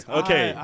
okay